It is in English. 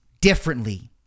differently